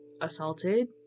assaulted